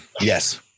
yes